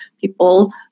people